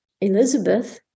Elizabeth